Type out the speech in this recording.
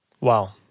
Wow